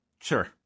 sure